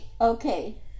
Okay